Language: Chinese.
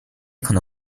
可能